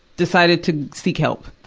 decided to seek help.